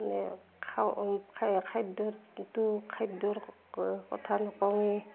মানে খাওঁ খা খাদ্যটো খাদ্যৰ কথা নকৱেই